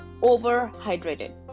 overhydrated